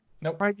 Nope